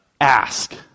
ask